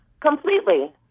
Completely